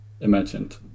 imagined